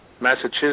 Massachusetts